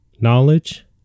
knowledge